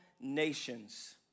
nations